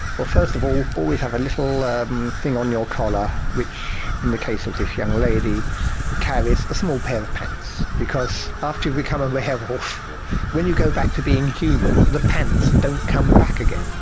well first of all always have a little um thing on your collar which in the case of this young lady carries a small pair of pants, because after you become a werewolf when you go back to being human the pants don't come back again.